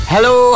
Hello